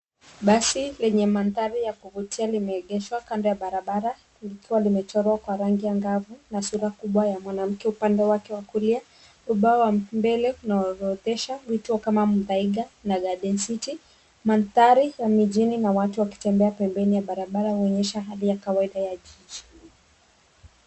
Basi lenye mandhari ya kuvutia limeegeshwa kando ya barabara likiwa limechorwa kwa rangi angavu na sura kubwa wa mwanamke. Upande wake wa kulia, ubao wa mbele unaorodhesha vituo kama Mutiiga na garden city . Mandhari ya mijini na watu wakitembea pembeni ya barabara huonyesha hali ya kawaida ya jiji.